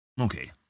okay